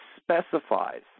specifies